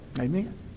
Amen